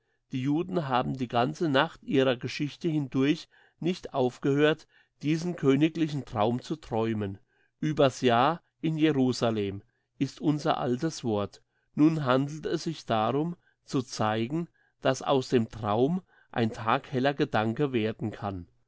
die juden haben die ganze nacht ihrer geschichte hindurch nicht aufgehört diesen königlichen traum zu träumen ueber's jahr in jerusalem ist unser altes wort nun handelt es sich darum zu zeigen dass aus dem traum ein tagheller gedanke werden kann